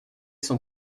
son